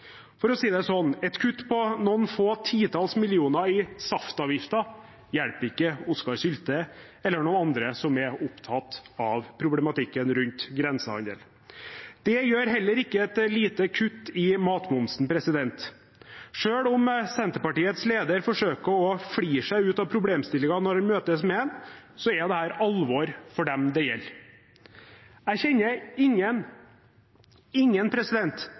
For å si det sånn: Et kutt på noen få titall millioner i saftavgiften hjelper ikke Oskar Sylte eller noen andre som er opptatt av problematikken rundt grensehandel. Det gjør heller ikke et lite kutt i matmomsen. Selv om Senterpartiets leder forsøker å flire seg ut av problemstillingen når man møter ham, er dette alvor for dem det gjelder. Jeg kjenner ingen – ingen